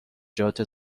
جات